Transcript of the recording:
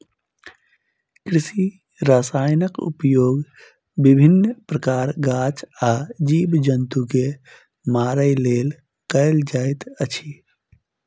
कृषि रसायनक उपयोग विभिन्न प्रकारक गाछ आ जीव जन्तु के मारय लेल कयल जाइत अछि